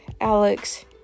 alex